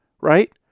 right